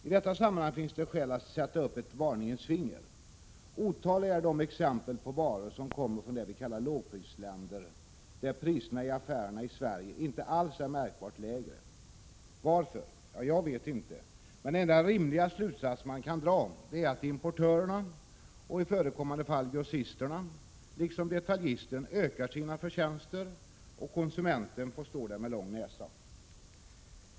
I detta sammanhang finns det skäl att sätta upp ett varningens finger. Otaliga är de exempel på varor som kommer från det vi kallar lågprisländer där priserna i affärerna i Sverige inte alls är märkbart lägre. Varför? Jag vet inte, men den enda rimliga slutsats man kan dra är att importören och i förekommande fall grossisten liksom detaljisten ökar sina förtjänster, och konsumenten får stå där med lång näsa.